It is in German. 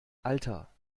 alter